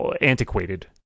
antiquated